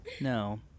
No